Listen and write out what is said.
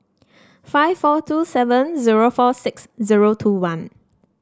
five four two seven zero four six zero two one